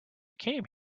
came